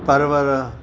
परवर